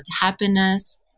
happiness